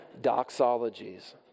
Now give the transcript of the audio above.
Doxologies